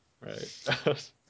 right